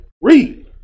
Read